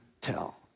tell